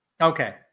Okay